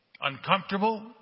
Uncomfortable